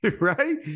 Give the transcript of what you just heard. Right